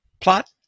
plot